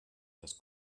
das